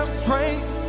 strength